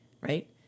right